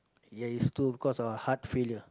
ya is too because of heart failure